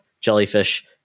Jellyfish